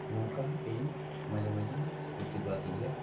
ᱱᱚᱝᱠᱟ ᱤᱧ ᱢᱟᱡᱮ ᱢᱟᱡᱮᱧ ᱯᱨᱚᱛᱤᱵᱟᱫᱽ ᱜᱮᱭᱟ